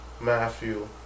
Matthew